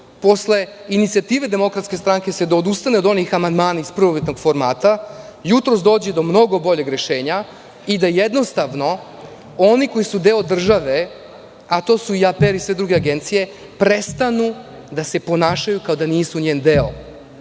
posle inicijative DS da se odustane od onih amandmana iz prvobitnih formata, da jutros dođe do mnogo boljeg rešenja i da jednostavno oni koji su deo države, a to su i APR i sve druge agencije, prestanu da se ponašaju kao da nisu njen deo.